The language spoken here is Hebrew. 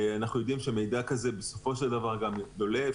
אנחנו יודעים שמידע כזה בסופו של דבר גם דולף,